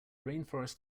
rainforests